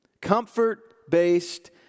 Comfort-based